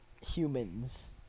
humans